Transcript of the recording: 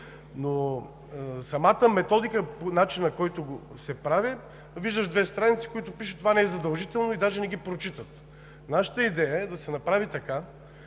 Но самата методика, начинът, по който се прави – виждаш две страници, в които пише „това не е задължително“, и даже не ги прочитат. Нашата идея е да се направи така,